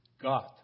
God